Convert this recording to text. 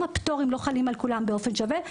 גם הפטורים לא חלים על כולם באופן שווה.